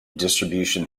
distribution